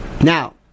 Now